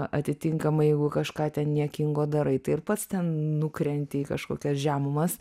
atitinkamai jeigu kažką ten niekingo darai tai ir pats ten nukrenti į kažkokias žemumas